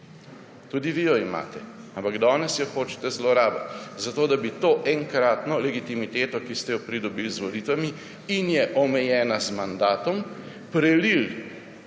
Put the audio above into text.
Tudi vi jo imate, ampak danes jo hočete zlorabiti, zato da bi to enkratno legitimiteto, ki ste jo pridobili z volitvami in je omejena z mandatom, prelili